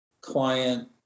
client